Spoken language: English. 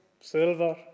silver